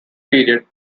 period